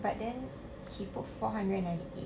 but then he put four hundred and ninety eight